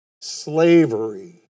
Slavery